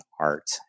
art